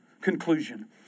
conclusion